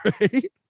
right